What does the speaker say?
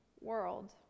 world